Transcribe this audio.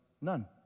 none